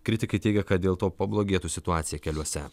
kritikai teigia kad dėl to pablogėtų situacija keliuose